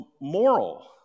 moral